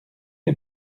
les